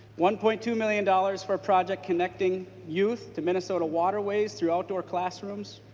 one point two million dollars for a pr oject connecting youth to minnesota waterways to outdoor classrooms.